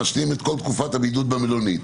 משלים את כל תקופת הבידוד במלונית.